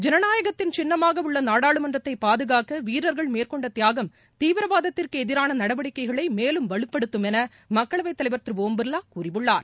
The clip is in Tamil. ஜனநாயகத்தின் சின்னமாக உள்ள நாடாளுமன்றத்தை பாதுகாக்க வீரர்கள் மேற்கொண்ட தியாகம் தீவிரவாதத்திற்கு எதிரான நடவடிக்கைகளை மேலும் வலுப்படுத்தும் என மக்களவைத் தலைவர் திரு ஒம் பிர்லா கூறியுள்ளார்